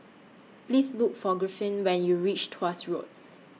Please Look For Griffith when YOU REACH Tuas Road